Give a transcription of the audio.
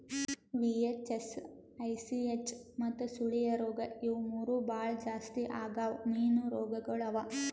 VHS, ICH ಮತ್ತ ಸುಳಿಯ ರೋಗ ಇವು ಮೂರು ಭಾಳ ಜಾಸ್ತಿ ಆಗವ್ ಮೀನು ರೋಗಗೊಳ್ ಅವಾ